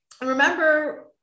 Remember